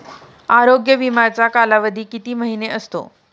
आरोग्य विमाचा कालावधी किती महिने असतो?